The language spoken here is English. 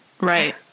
right